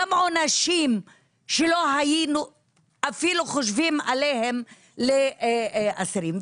גם עונשים שלא היינו אפילו חושבים עליהם לאסירים,